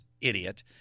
idiot